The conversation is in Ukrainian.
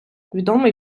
відомий